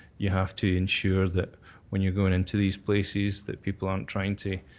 you have to ensure that when you're going into these places, that people aren't trying to,